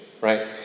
right